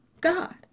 God